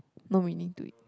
no meaning to it